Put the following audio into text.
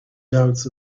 doubts